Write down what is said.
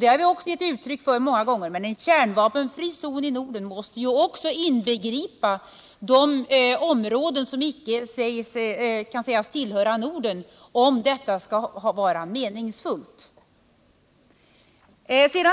Det har vi också givit uttryck för många gånger. Men en kärnvapenfri zon i Norden måste, om den skall vara meningsfull, också inbegripa vissa angränsande områden.